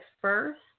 first